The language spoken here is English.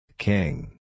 King